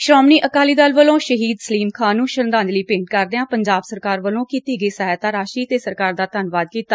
ਸ੍ਹੋਮਣੀ ਅਕਾਲੀ ਦਲ ਵਲੋ ਸ਼ਹੀਦ ਸਲੀਮ ਖਾਨ ਨੂੰ ਸ਼ਰਧਾਂਜਲੀ ਭੇਂਟ ਕਰਦਿਆਂ ਪੰਜਾਬ ਸਰਕਾਰ ਵਲੋ ਕੀਤੀ ਗਈ ਸਹਾਇਤਾ ਰਾਸ਼ੀ ਤੇ ਸਰਕਾਰ ਦਾ ਧੰਨਵਾਦ ਕੀਤਾ